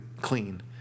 clean